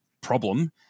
problem